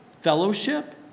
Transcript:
fellowship